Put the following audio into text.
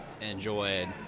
enjoyed